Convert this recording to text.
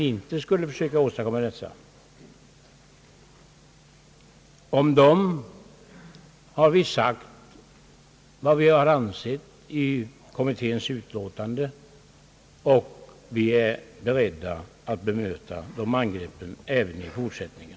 I kommitténs utlåtande har vi sagt vad vi anser om detta, och vi är beredda att bemöta de angreppen även i fortsättningen.